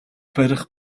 барих